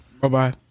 Bye-bye